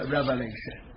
Revelation